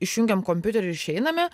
išjungiam kompiuterį ir išeiname